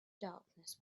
darkness